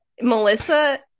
Melissa